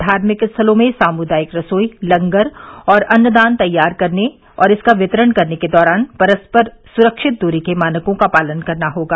धार्मिक स्थलों में सामुदायिक रसोई लंगर और अन्न दान तैयार करने और इसका वितरण करने के दौरान परस्पर सुरक्षित दूरी के मानकों का पालन करना होगा